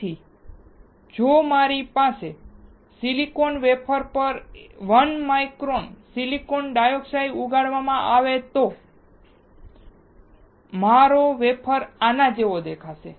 તેથી જો મારી પાસે સિલિકોન વેફર પર 1 માઇક્રોન સિલિકોન ડાયોક્સાઇડ ઉગાડવામાં આવે છે તો મારો વેફર આના જેવો દેખાશે